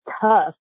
tough